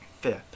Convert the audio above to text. fifth